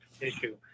issue